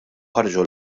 ħarġu